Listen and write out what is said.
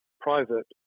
private